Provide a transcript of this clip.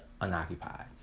unoccupied